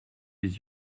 les